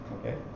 Okay